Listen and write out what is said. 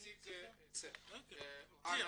איציק אוחנה בבקשה.